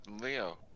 Leo